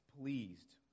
pleased